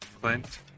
Clint